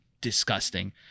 disgusting